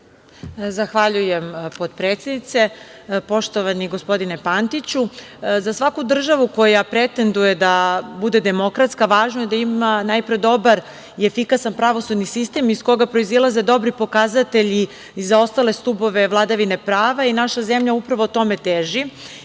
Zahvaljujem, potpredsednice. Poštovani gospodine Pantiću, za svaku državu koja pretenduje da bude demokratska važno je da ima najpre dobar i efikasan pravosudni sistem iz koga proizilaze dobri pokazatelji i za ostale stubove vladavine prava. Naša zemlja upravo tome teži.